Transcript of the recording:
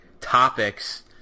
topics